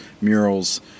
murals